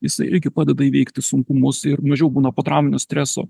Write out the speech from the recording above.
jisai irgi padeda įveikti sunkumus ir mažiau būna potrauminio streso